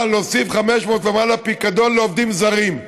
להוסיף 500 ומעלה פיקדון לעובדים זרים.